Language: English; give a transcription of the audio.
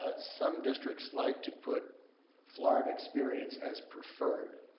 but some districts like to put florida experience as preferred.